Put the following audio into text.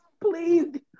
Please